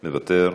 מוותר,